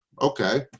Okay